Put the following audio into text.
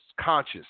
conscious